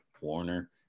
Warner